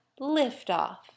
liftoff